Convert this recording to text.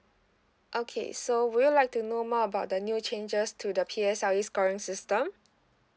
okay so would you like to know more about the new changes to the P_S_L_E scoring system